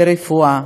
ברפואה,